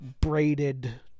braided